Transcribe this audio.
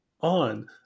on